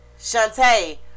Shantae